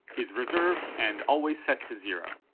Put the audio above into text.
is reserved and always set to zero.